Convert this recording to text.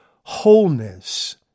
wholeness